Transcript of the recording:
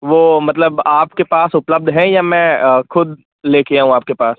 वो मतलब आपके पास उपलब्ध है या मैं खुद लेके आऊं आपके पास